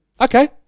Okay